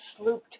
slooped